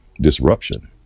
disruption